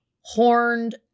horned